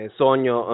sogno